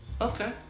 Okay